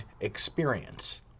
experience